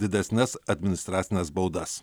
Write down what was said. didesnes administracines baudas